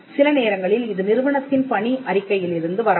சில நேரங்களில் இது நிறுவனத்தின் பணி அறிக்கையிலிருந்து வரக்கூடும்